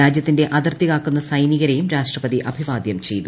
രാജ്യത്തിന്റെ അതിർത്തി കാക്കുന്ന സ്സൈനികരേയും രാഷ്ട്രപതി അഭിവാദ്യം ചെയ്തു